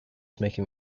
making